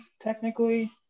technically